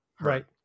right